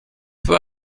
peu